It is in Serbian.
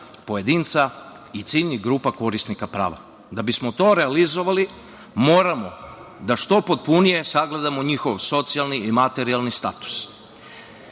pojedinca i ciljnih grupa korisnika prava. Da bismo o to realizovali moramo da što potpunije sagledamo njihov socijalni materijalni status,